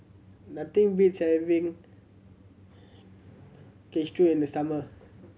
nothing beats having Kushikatsu in the summer